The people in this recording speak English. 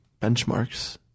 benchmarks